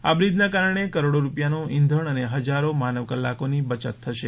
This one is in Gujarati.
આ બ્રિજના કારણે કરોડો રૂપિયાનું ઈંધણ અને હજારો માનવ કલાકોની બચત થશે